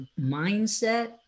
mindset